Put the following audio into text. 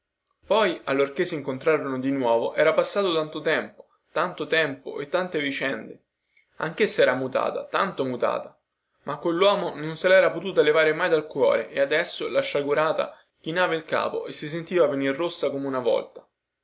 poi allorchè sincontrarono di nuovo era passato tanto tempo tanto tempo e tante vicende anchessa era mutata tanto mutata ma quelluomo non se lera potuto levare mai dal cuore e adesso la sciagurata chinava il capo e si sentiva venir rossa come una volta